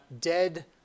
dead